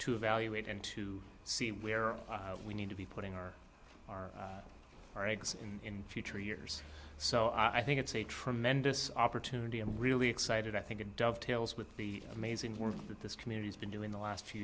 to evaluate and to see where we need to be putting our our our eggs in future years so i think it's a tremendous opportunity i'm really excited i think it dovetails with the amazing work that this community has been doing the last few